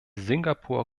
singapur